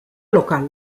local